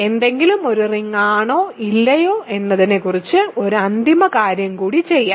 എന്തെങ്കിലും ഒരു റിങ് ആണോ ഇല്ലയോ എന്നതിനെക്കുറിച്ച് ഒരു അന്തിമ കാര്യം കൂടി ചെയ്യാം